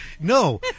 No